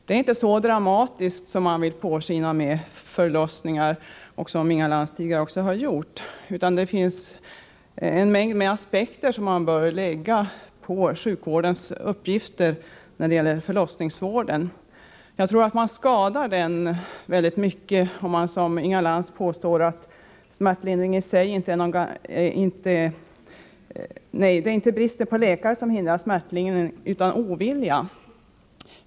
Det är inte så dramatiskt med förlossning som man vill låta påskina, vilket Inga Lantz också tidigare har gjort, utan det finns en mängd aspekter som bör anläggas på sjukvårdens uppgifter när det gäller förlossningsvården. Jag tror att man skadar det hela väldigt mycket, om man som Inga Lantz påstår att det är inte bristen på läkare som hindrar smärtlindringen, utan ovilja.